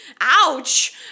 ouch